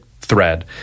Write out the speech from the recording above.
thread